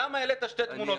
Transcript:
למה העלית שתי תמונות?